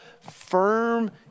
firm